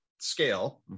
scale